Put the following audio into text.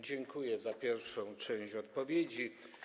Dziękuję za pierwszą część odpowiedzi.